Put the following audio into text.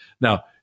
Now